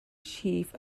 chief